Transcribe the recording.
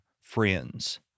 friends